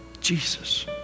Jesus